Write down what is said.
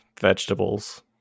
vegetables